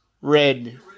Red